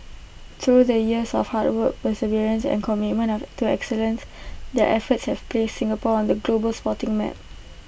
through the years of hard work perseverance and commitment have to excellent their efforts have placed Singapore on the global sporting map